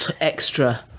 extra